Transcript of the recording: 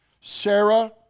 Sarah